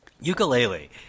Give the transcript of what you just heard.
ukulele